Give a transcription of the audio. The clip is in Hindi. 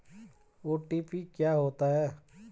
ओ.टी.पी क्या होता है?